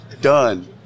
done